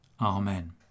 Amen